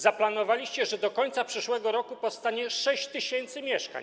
Zaplanowaliście, że do końca przyszłego roku powstanie 6 tys. mieszkań.